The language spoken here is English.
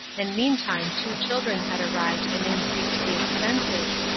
and meantime two children had arrived and increased the expenses,